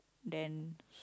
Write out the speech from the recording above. then s~